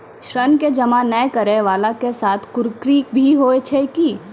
ऋण के जमा नै करैय वाला के साथ कुर्की भी होय छै कि?